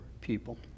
people